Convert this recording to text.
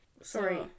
sorry